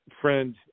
friend